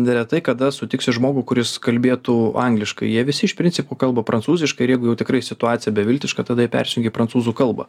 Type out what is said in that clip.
neretai kada sutiksi žmogų kuris kalbėtų angliškai jie visi iš principo kalba prancūziškai ir jeigu jau tikrai situacija beviltiška tada jie persijungia į prancūzų kalba